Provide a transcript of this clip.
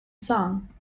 song